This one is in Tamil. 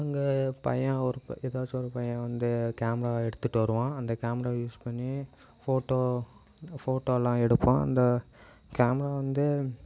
அங்கே பையன் ஒரு எதாச்சும் ஒரு பையன் வந்து கேமராவை எடுத்துகிட்டு வருவான் அந்த கேமரா யூஸ் பண்ணி ஃபோட்டோ ஃபோட்டோலாம் எடுப்போம் அந்த கேமரா வந்து